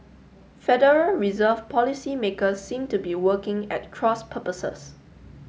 Federal Reserve policymakers seem to be working at cross purposes